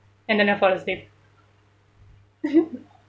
and then I fall asleep